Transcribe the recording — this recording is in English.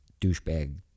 douchebag